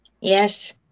yes